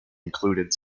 included